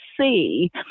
see